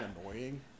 annoying